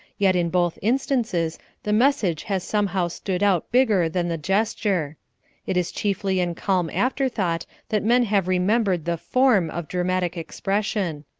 yet in both instances the message has somehow stood out bigger than the gesture it is chiefly in calm afterthought that men have remembered the form of dramatic expression.